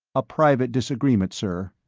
a private disagreement, sir.